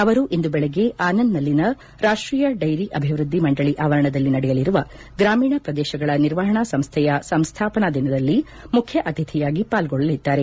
ಅವರು ಇಂದು ಬೆಳಗ್ಗೆ ಆನಂದ್ನಲ್ಲಿನ ರಾಷ್ಷೀಯ ಡೈರಿ ಅಭಿವೃದ್ದಿ ಮಂಡಳಿ ಆವರಣದಲ್ಲಿ ನಡೆಯಲಿರುವ ಗ್ರಾಮೀಣ ಪ್ರದೇಶಗಳ ನಿರ್ವಹಣಾ ಸಂಸ್ಥೆಯ ಸಂಸ್ಥಾಪನಾ ದಿನದಲ್ಲಿ ಮುಖ್ಯ ಅತಿಥಿಯಾಗಿ ಪಾಲ್ಗೊಳ್ಳಲಿದ್ದಾರೆ